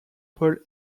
paul